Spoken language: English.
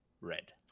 red